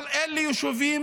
אבל אלה יישובים